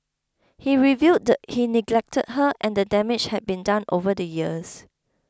he revealed he neglected her and the damage had been done over the years